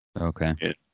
okay